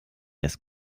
ist